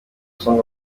song